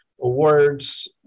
awards